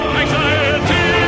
anxiety